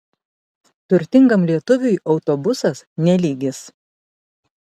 turtingam lietuviui autobusas ne lygis